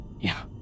Yeah